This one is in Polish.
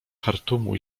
chartumu